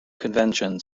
convention